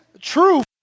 truth